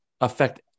Affect